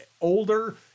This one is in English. older